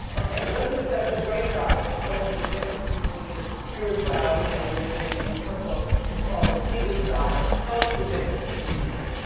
okay. elizabeth does a great job explaining the difference between spirituality and religion in her book. it's called the seeker's guide. tell us the difference, as you see it.